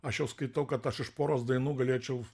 aš jau skaitau kad aš iš poros dainų galėčiau